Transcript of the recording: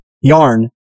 yarn